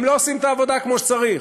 הם לא עושים את העבודה כמו שצריך.